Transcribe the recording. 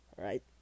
Right